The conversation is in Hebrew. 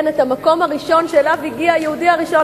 את המקום הראשון שאליו הגיע היהודי הראשון,